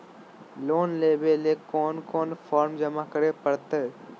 Loan लेवे ले कोन कोन फॉर्म जमा करे परते?